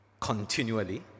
continually